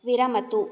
विरमतु